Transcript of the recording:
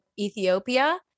ethiopia